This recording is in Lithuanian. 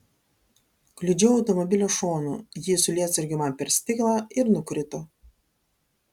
kliudžiau automobilio šonu ji su lietsargiu man per stiklą ir nukrito